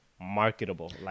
marketable